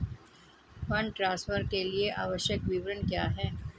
Fund transfer के लिए आवश्यक विवरण क्या हैं?